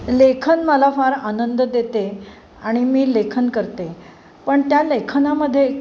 लेखन मला फार आनंद देते आणि मी लेखन करते पण त्या लेखनामध्ये